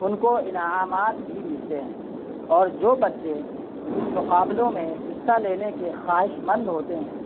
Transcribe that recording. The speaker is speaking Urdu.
ان کو انعامات بھی ملتے ہیں اور جو بچے ان مقابلوں میں حصہ لینے کے خواہشمند ہوتے ہیں